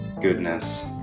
goodness